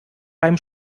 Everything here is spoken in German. beim